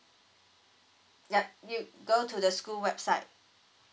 ya you go to the school website